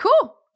Cool